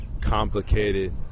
complicated